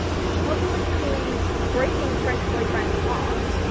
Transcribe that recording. publicly breaking french boyfriend's heart,